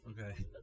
Okay